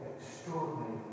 Extraordinary